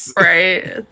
right